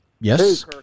Yes